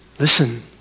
Listen